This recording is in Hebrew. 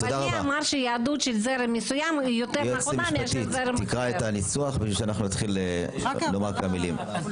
אבל מי אמר שיהדות של זרם מסוים היא יותר נכונה מאשר של זרם אחר?